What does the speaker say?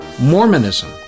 Mormonism